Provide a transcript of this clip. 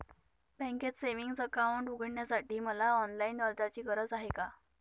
बँकेत savings account उघडण्यासाठी मला ऑनलाईन अर्जाची गरज आहे का?